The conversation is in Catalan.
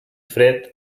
fred